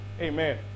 Amen